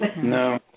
No